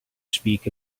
speak